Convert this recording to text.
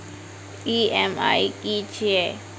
EMI की छिये?